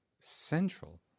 central